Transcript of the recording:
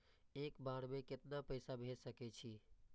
एक बार में केतना पैसा भेज सके छी?